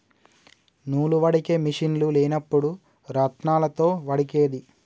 నూలు వడికే మిషిన్లు లేనప్పుడు రాత్నాలతో వడికేది